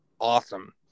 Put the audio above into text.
awesome